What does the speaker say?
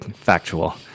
factual